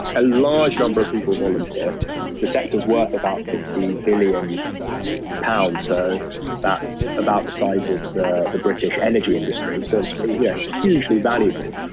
ah a large number of people volunteer the second's worth about fifty billion pounds. so that's about the size of the the british energy industry, says a yeah hugely valuable.